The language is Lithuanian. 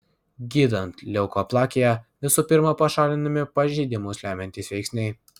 gydant leukoplakiją visų pirma pašalinami pažeidimus lemiantys veiksniai